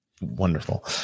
wonderful